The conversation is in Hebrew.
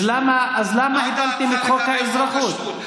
אז למה הפלתם את חוק האזרחות?